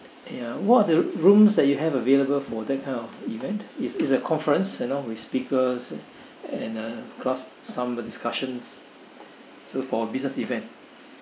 ya what are the rooms that you have available for that kind of event is is a conference you know with speakers and a class some discussions so for business event